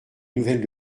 nouvelles